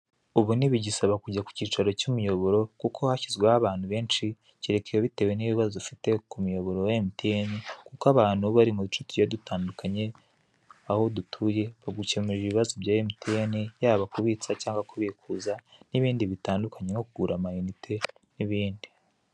Ubu ntibigisaba kujya ku kicaro cy'umuyoboro, kuko hashyizweho abantu benshi, kereka bitewe n'ibibazo ufite ku murongo wa MTN, kuko abantu aho bari mu duce tugiye tudandukanye, aho dutuye, bagukemurira ibibazo bya MTN, yaba kubitsa cyangwa kubikuza, n'ibindi bitandukanye, nko kugura amainite, n'ibindi.